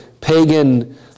pagan